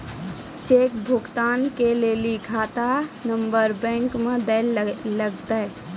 cheque भुगतान के लेली खाता नंबर बैंक मे दैल लागतै